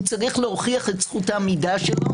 הוא צריך להוכיח את זכות העמידה שלו